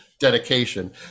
dedication